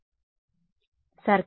విద్యార్థి ధ్రువ వృత్తం